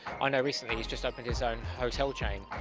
i know recently he's just opened his own hotel chain.